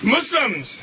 Muslims